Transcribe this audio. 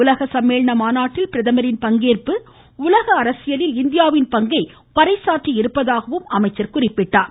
உலக சம்மேளன மாநாட்டில் பிரதமரின் பங்கேற்பு உலக அரசியலில் இந்தியாவின் பங்கை பறைசாற்றியிருப்பதாகவும் அமைச்சர் தெரிவித்தார்